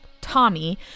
Tommy